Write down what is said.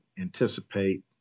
anticipate